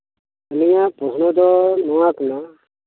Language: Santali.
ᱟᱹᱞᱤᱧᱟᱜ ᱯ ᱚᱥᱱᱚ ᱫᱚ ᱱᱚᱣᱟ ᱠᱟᱱᱟ